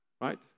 Right